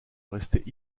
restait